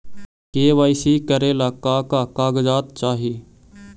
KYC करे ला का का कागजात चाही?